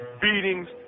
beatings